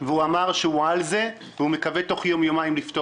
הוא מטפל בזה ומקווה לפתור זאת תוך יום או יומיים.